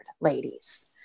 ladies